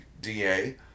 DA